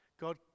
God